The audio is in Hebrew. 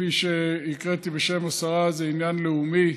כפי שהקראתי, בשם השרה: זה עניין לאומי